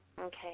Okay